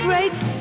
Great